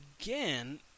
again